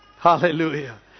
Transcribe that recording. Hallelujah